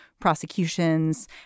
prosecutions